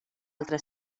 altra